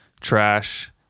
trash